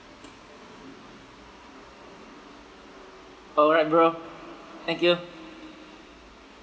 alright bro thank you